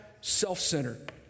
self-centered